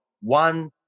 one